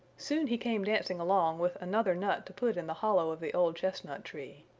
soon he came dancing along with another nut to put in the hollow of the old chestnut tree.